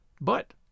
But